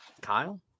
Kyle